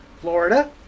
Florida